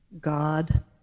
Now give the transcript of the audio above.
God